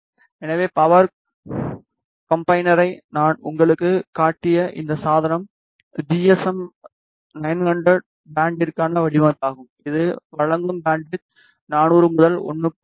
எனவே பவர் காம்பினரை நான் உங்களுக்குக் காட்டிய இந்த சாதனம் ஜிஎஸ்எம் 900 பேண்டிற்கான வடிவமைப்பாகும் இது வழங்கும் பேண்ட்விட்த் 400 முதல் 1